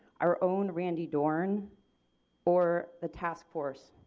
our own randy dorn or the task force.